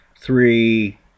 three